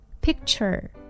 picture